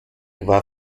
war